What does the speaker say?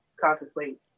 contemplate